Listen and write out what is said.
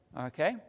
Okay